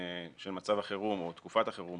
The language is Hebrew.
מצב החירום או תקופת החירום